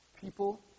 people